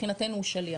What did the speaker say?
מבחינתנו הוא שליח.